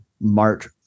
march